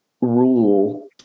rule